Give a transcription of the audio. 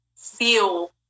feel